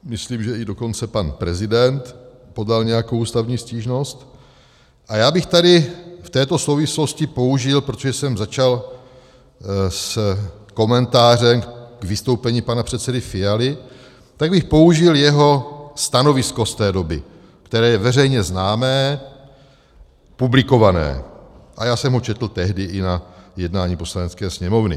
Myslím, že i dokonce pan prezident podal nějakou ústavní stížnost, a já bych tady v této souvislosti použil, protože jsem začal s komentářem k vystoupení pana předsedy Fialy, tak bych použil jeho stanovisko z té doby, které je veřejně známé, publikované, a já jsem ho četl tehdy i na jednání Poslanecké sněmovny: